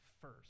first